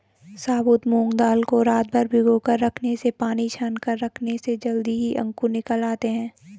साबुत मूंग दाल को रातभर भिगोकर रखने से पानी छानकर रखने से जल्दी ही अंकुर निकल आते है